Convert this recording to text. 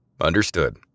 Understood